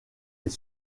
les